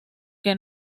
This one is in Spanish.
que